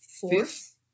Fourth